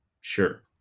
Sure